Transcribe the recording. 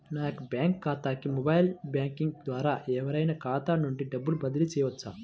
నా యొక్క బ్యాంక్ ఖాతాకి మొబైల్ బ్యాంకింగ్ ద్వారా ఎవరైనా ఖాతా నుండి డబ్బు బదిలీ చేయవచ్చా?